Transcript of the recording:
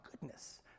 goodness